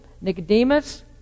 Nicodemus